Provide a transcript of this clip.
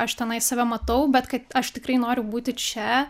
aš tenai save matau bet kad aš tikrai noriu būti čia